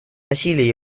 насилие